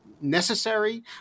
necessary